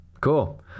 Cool